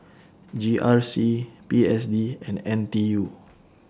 G R C P S D and N T U